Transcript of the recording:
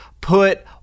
put